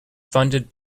funded